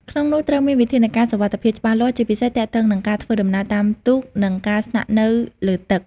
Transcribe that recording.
ក្នុងនោះ ត្រូវមានវិធានការសុវត្ថិភាពច្បាស់លាស់ ជាពិសេសទាក់ទងនឹងការធ្វើដំណើរតាមទូក និងការស្នាក់នៅលើទឹក។